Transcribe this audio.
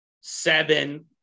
seven